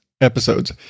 episodes